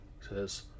says